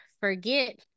forget